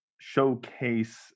showcase